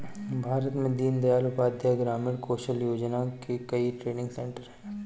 भारत में दीन दयाल उपाध्याय ग्रामीण कौशल योजना के कई ट्रेनिंग सेन्टर है